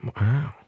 Wow